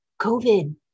COVID